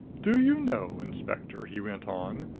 do you know, inspector, he went on,